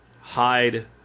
hide